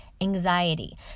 anxiety